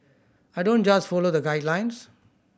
I don't just follow the guidelines